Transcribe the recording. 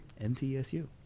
mtsu